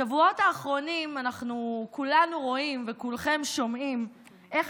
בשבועות האחרונים אנחנו כולנו רואים וכולכם שומעים איך